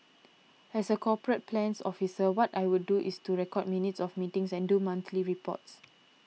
as a corporate plans officer what I would do is to record minutes of meetings and do monthly reports